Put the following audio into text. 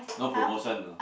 no promotion ah